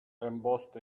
embossed